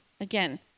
again